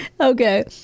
okay